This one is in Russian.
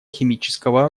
химического